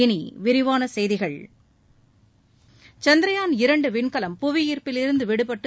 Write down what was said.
இனி விரிவான செய்திகள் சந்த்ரயான் இரண்டு விண்கலம் புவி ஈர்ப்பில் இருந்து விடுபட்டு